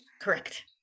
Correct